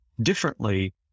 differently